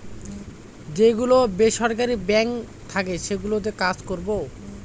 যে গুলো বেসরকারি বাঙ্ক থাকে সেগুলোতে কাজ করবো